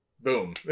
Boom